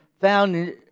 found